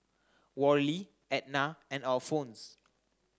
Worley Ednah and Alphonse